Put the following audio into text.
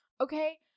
okay